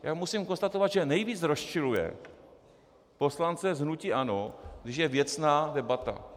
Já musím konstatovat, že nejvíc rozčiluje poslance z hnutí ANO, když je věcná debata.